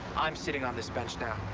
i'm sitting on this bench.